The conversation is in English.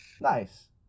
nice